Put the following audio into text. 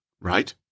right